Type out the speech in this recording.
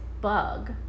bug